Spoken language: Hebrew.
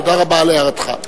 תודה רבה על הערתך.